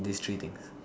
these three things